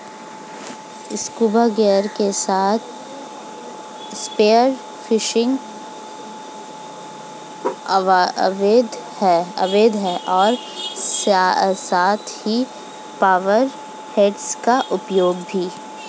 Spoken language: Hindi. स्कूबा गियर के साथ स्पीयर फिशिंग अवैध है और साथ ही पावर हेड्स का उपयोग भी